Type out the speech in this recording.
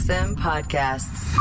Podcasts